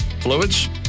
fluids